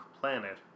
planet